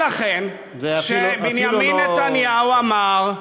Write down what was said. זה אפילו לא, ולכן, כשבנימין נתניהו אמר,